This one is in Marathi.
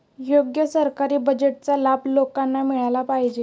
योग्य सरकारी बजेटचा लाभ लोकांना मिळाला पाहिजे